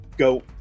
go